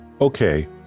Okay